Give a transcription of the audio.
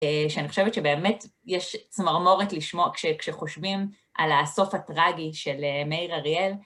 שאני חושבת שבאמת יש צמרמורת לשמוע כשחושבים על הסוף הטראגי של מאיר אריאל.